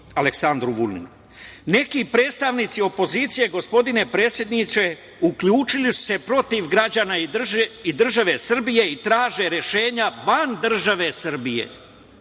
Aleksandru Vulinu. Neki predstavnici opozicije, gospodine predsedniče, uključili su se protiv građana i države Srbije i traže rešenja van države Srbije.